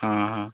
ହଁ ହଁ